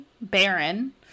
baron